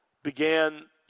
Began